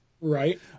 Right